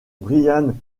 brian